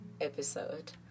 episode